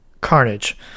Carnage